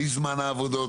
בזמן העבודות,